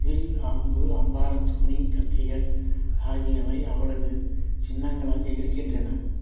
will அம்பு அம்பாரத்தூணி கத்திகள் ஆகியவை அவளது சின்னங்களாக இருக்கின்றன